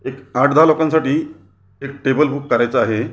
एक आठ दहा लोकांसाठी एक टेबल बुक करायचं आहे